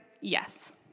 Yes